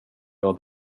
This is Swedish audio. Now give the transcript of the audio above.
jag